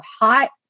hot